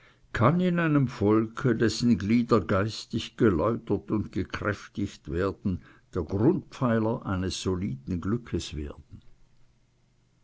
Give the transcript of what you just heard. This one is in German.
kann in einem volke dessen glieder geistig geläutert und gekräftigt werden der grundpfeiler eines soliden glückes werden